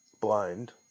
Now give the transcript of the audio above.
blind